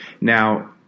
Now